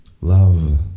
Love